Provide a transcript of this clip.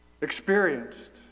experienced